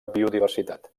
biodiversitat